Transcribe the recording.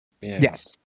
Yes